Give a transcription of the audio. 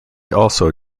also